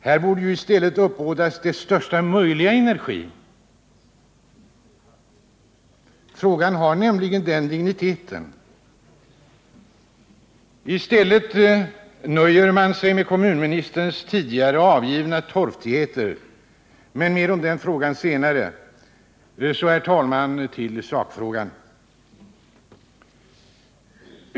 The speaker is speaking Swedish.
Här borde i stället största möjliga energi uppbådas. Frågan har nämligen den digniteten. I stället nöjer man sig med kommunministerns tidigare torftigheter, men mer om den saken senare. Så, herr talman, till sakfrågan.